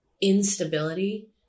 instability